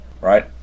right